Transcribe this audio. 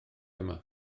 yma